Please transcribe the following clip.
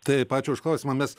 taip ačiū už klausimą mes